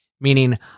meaning